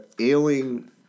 ailing